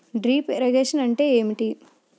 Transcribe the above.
Drip irrigation అంటే ఏమిటి?